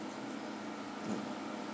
mm